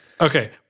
Okay